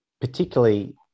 particularly